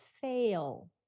fail